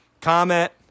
comment